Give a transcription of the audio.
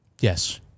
Yes